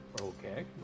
Okay